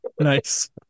Nice